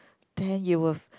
then you worth